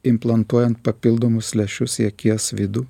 implantuojan papildomus lęšius į akies vidų